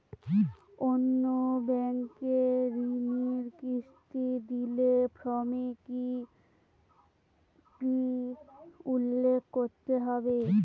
অন্য ব্যাঙ্কে ঋণের কিস্তি দিলে ফর্মে কি কী উল্লেখ করতে হবে?